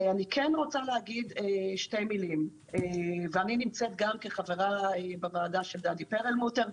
אני כן רוצה להגיד שתי מילים ואני נמצאת גם בחברה של דדי פרלמוטר,